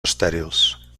estèrils